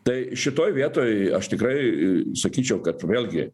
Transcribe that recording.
tai šitoj vietoj aš tikrai sakyčiau kad vėlgi